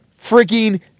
freaking